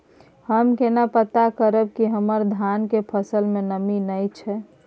हम केना पता करब की हमर धान के फसल में नमी नय छै?